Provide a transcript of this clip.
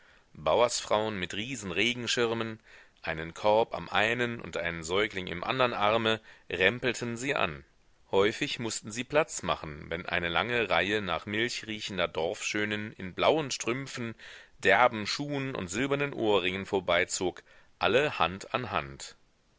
bauersfrauen mit riesenregenschirmen einen korb am einen und einen säugling im andern arme rempelten sie an häufig mußten sie platz machen wenn eine lange reihe nach milch riechender dorfschönen in blauen strümpfen derben schuhen und silbernen ohrringen vorbeizog alle hand an hand